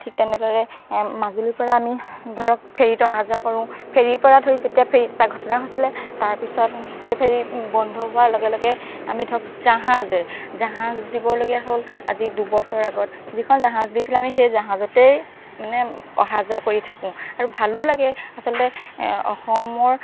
ঠিক তেনেদৰে মাজুলীৰ পৰা আমি ধৰক ফেৰীত অহা যোৱা কৰো ফেৰীৰ পৰা ধৰি যেতিয়া ফেৰীত এটা ঘটনা হৈছিলে তাৰপিছত সেই ফেৰী বন্ধ হোৱাৰ লগে লগে আমি ধৰক জাহাজে জাহাজ দিবলগীয়া হ'ল আজি দুবছৰ আগত যিখন জাহাজ দিছিলে আমি সেই জাহাজতেই মানে অহা যোৱা কৰি থাকো আৰু ভালো লাগে আচলতে অসমৰ